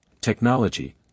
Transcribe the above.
technology